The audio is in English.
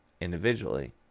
individually